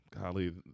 golly